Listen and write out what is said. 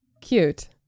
cute